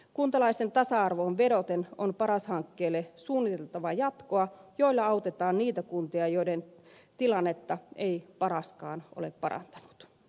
kuntalaisten tasa arvoon vedoten on paras hankkeelle suunniteltava jatkoa jolla autetaan niitä kuntia joiden tilannetta ei paraskaan ole barat